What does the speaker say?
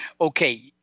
Okay